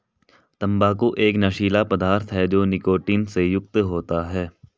तंबाकू एक नशीला पदार्थ है जो निकोटीन से युक्त होता है